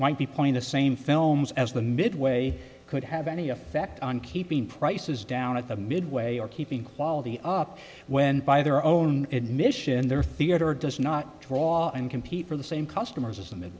might be point a same films as the midway could have any effect on keeping prices down at the midway or keeping quality up when by their own admission their theater does not draw and compete for the same customers